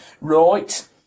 Right